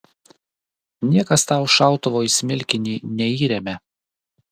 niekas tau šautuvo į smilkinį neįremia